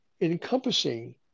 encompassing